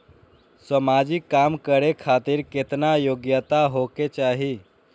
समाजिक काम करें खातिर केतना योग्यता होके चाही?